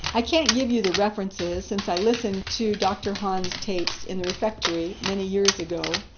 i can't give you the references since i listened to dr. hahn's tapes in the refectory many years ago,